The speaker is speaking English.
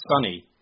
sunny